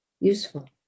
useful